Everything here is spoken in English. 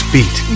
Beat